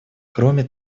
кроме